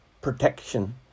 protection